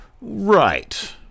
Right